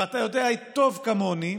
ואתה יודע טוב כמוני,